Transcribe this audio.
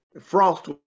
Frost